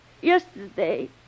Yesterday